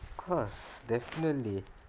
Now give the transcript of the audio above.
of course definitely